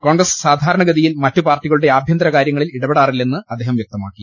കോൺഗ്രസ് സാധാരണഗതിയിൽ മറ്റുപാർട്ടികളുടെ ആഭ്യന്തര കാര്യങ്ങളിൽ ഇടപെടാറില്ലെന്ന് അദ്ദേഹം വ്യക്തമാക്കി